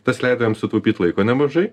tas leido jiem sutaupyt laiko nemažai